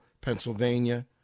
Pennsylvania